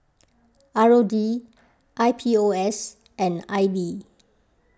R O D I P O S and I B